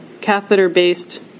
catheter-based